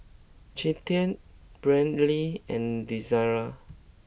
Cinthia Brynlee and Desirae